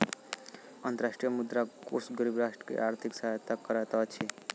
अंतर्राष्ट्रीय मुद्रा कोष गरीब राष्ट्र के आर्थिक सहायता करैत अछि